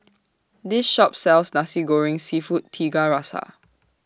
This Shop sells Nasi Goreng Seafood Tiga Rasa